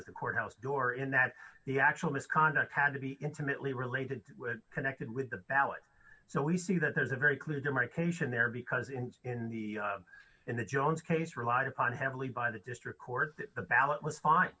as the courthouse door in that the actual misconduct had to be intimately related connected with the ballot so we see that there's a very clear demarcation there because in in the in the jones case relied upon heavily by the district court the ballot was fine